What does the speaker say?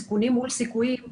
סיכונים מול סיכויים,